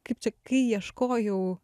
kaip čia kai ieškojau